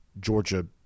Georgia